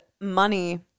money